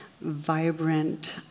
vibrant